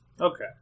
Okay